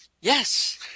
Yes